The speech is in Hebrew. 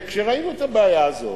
וכשראינו את הבעיה הזאת,